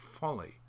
folly